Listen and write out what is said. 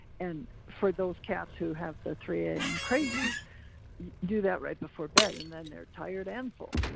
and for those cats who have the three a m. crazies, you do that right before bed and then they're tired and full,